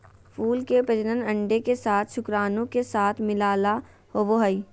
फूल के प्रजनन अंडे के साथ शुक्राणु के साथ मिलला होबो हइ